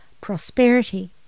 prosperity